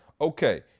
okay